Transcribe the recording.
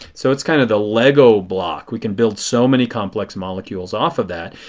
so it is kind of the lego block. we can build so many complex molecules off of that.